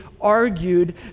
argued